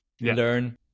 learn